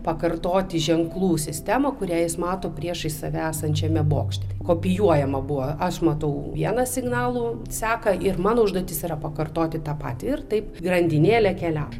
pakartoti ženklų sistemą kurią jis mato priešais save esančiame bokšte kopijuojama buvo aš matau vieną signalų seką ir mano užduotis yra pakartoti tą patį ir taip grandinėlė keliau